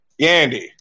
Yandy